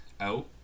out